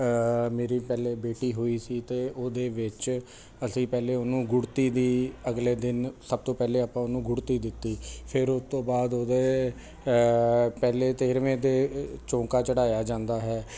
ਮੇਰੀ ਪਹਿਲੇ ਬੇਟੀ ਹੋਈ ਸੀ ਅਤੇ ਉਹਦੇ ਵਿੱਚ ਅਸੀਂ ਪਹਿਲੇ ਉਹਨੂੰ ਗੁੜ੍ਹਤੀ ਦੀ ਅਗਲੇ ਦਿਨ ਸਭ ਤੋਂ ਪਹਿਲੇ ਆਪਾਂ ਉਹਨੂੰ ਗੁੜ੍ਹਤੀ ਦਿੱਤੀ ਫਿਰ ਉਹ ਤੋਂ ਬਾਅਦ ਉਹਦੇ ਪਹਿਲੇ ਤੇਰ੍ਹਵੇਂ ਦੇ ਚੌਂਕਾ ਚੜ੍ਹਾਇਆ ਜਾਂਦਾ ਹੈ